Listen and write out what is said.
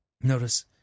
Notice